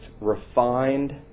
refined